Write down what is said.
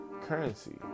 currency